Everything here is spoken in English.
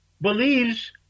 believes